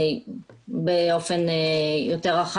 לדעתו של היועץ,